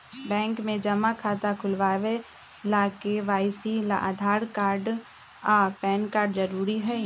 bank में जमा खाता खुलावे ला के.वाइ.सी ला आधार कार्ड आ पैन कार्ड जरूरी हई